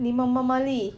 你妈妈骂你